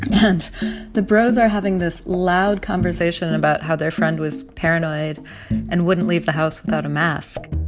and the bros are having this loud conversation about how their friend was paranoid and wouldn't leave the house without a mask.